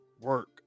work